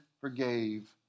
forgave